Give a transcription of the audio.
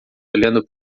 olhando